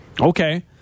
Okay